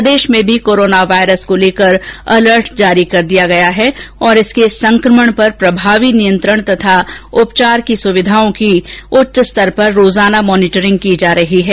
प्रदेश में भी corona virus को लेकर अलर्ट जारी कर दिया गया है और इसके संक्रमण पर प्रभावी नियंत्रण और उपचार सुविधाओं की उच्च स्तर पर रोजाना मॉनीटरिंग की जा रही है